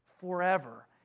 forever